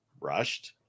rushed